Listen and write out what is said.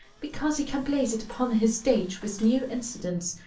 because he can place it upon his stage with new incidents,